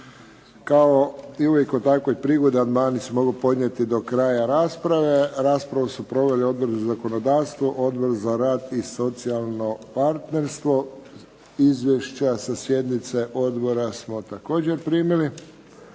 Kao i uvijek u takvoj prigodi amandmani se mogu podnijeti do kraja rasprave. Raspravu su proveli Odbor za zakonodavstvo, Odbor za rad i socijalno partnerstvo. Izvješća sa sjednica odbora smo također primili.